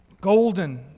golden